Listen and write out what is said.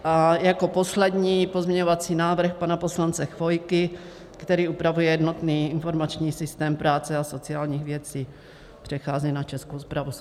A jako poslední pozměňovací návrh pana poslance Chvojky, který upravuje jednotný informační systém práce a sociálních věcí přechází na Českou správu sociálního zabezpečení.